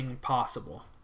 possible